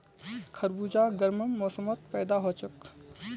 खरबूजा गर्म मौसमत पैदा हछेक